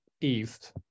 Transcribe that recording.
East